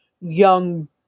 young